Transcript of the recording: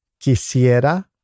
Quisiera